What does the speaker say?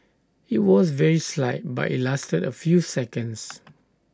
IT was very slight but IT lasted A few seconds